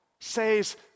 says